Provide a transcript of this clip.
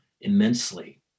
immensely